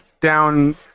down